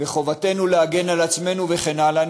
ו"חובתנו להגן על עצמנו" וכן הלאה.